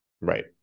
right